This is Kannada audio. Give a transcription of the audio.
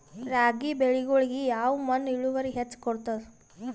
ರಾಗಿ ಬೆಳಿಗೊಳಿಗಿ ಯಾವ ಮಣ್ಣು ಇಳುವರಿ ಹೆಚ್ ಕೊಡ್ತದ?